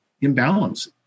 imbalance